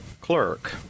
clerk